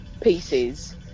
pieces